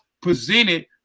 presented